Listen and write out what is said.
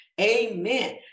amen